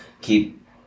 keep